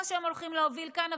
מה שהם הולכים להוביל כאן,